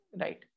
Right